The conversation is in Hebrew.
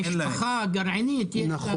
במשפחה הגרעינית יש חשבון בנק.